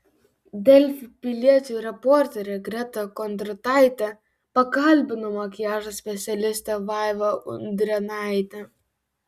delfi piliečio reporterė greta kondrataitė pakalbino makiažo specialistę vaivą udrėnaitę